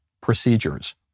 procedures